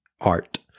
art